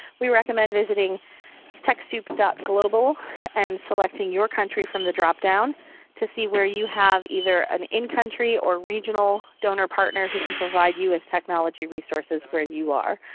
we recommend visiting techsoup global and selecting your country from the drop-down to see where you have either an in-country or regional donor partner who can provide you with technology resources where you are.